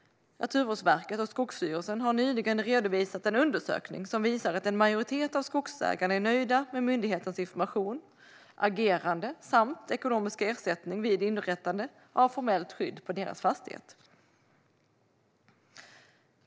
Naturvårdsverket och Skogsstyrelsen har nyligen redovisat en undersökning som visar att en majoritet av skogsägarna är nöjda med myndigheternas information, agerande samt ekonomisk ersättning vid inrättande av formellt skydd på deras fastighet.